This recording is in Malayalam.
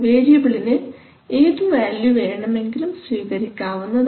വേരിയബിളിന് ഏതു വാല്യൂ വേണമെങ്കിലും സ്വീകരിക്കാവുന്നതാണ്